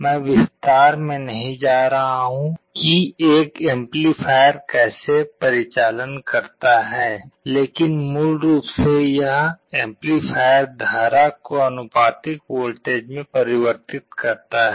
मैं विस्तार में नहीं जा रहा हूं कि एक एम्पलीफायर कैसे परिचालन करता है लेकिन मूल रूप से यह एम्पलीफायर धारा को आनुपातिक वोल्टेज में परिवर्तित करता है